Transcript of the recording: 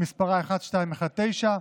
שמספרה 1219,